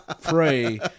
pray